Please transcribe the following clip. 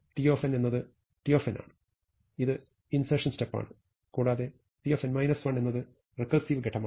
t എന്നത് t ആണ് ഇത് ഇൻസെർഷൻ സ്റ്റെപ്പാണ് കൂടാതെ t എന്നത് റെക്കേർസിവ് ഘട്ടമാണ്